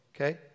okay